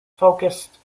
focused